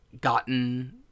gotten